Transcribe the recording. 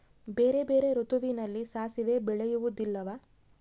ಬೇರೆ ಬೇರೆ ಋತುವಿನಲ್ಲಿ ಸಾಸಿವೆ ಬೆಳೆಯುವುದಿಲ್ಲವಾ?